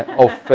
of